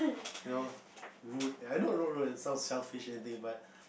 you know rude and I know not rude it sounds selfish everything but